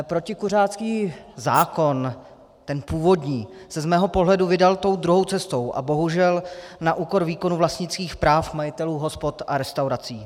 Protikuřácký zákon, ten původní, se z mého pohledu vydal tou druhou cestou a bohužel na úkor výkonu vlastnických práv majitelů hospod a restaurací.